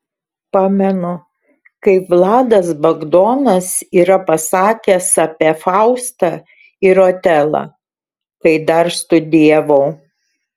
pamenu kaip vladas bagdonas yra pasakęs apie faustą ir otelą kai dar studijavau